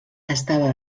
estava